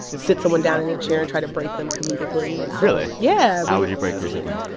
sit someone down in a chair and try to break them comedically. and so. really? yeah how would you break your siblings?